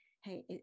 hey